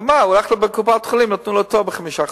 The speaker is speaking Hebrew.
אבל הוא הלך לקופת-חולים ונתנו לו תור בעוד חמישה חודשים.